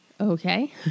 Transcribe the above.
Okay